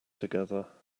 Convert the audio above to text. together